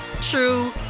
true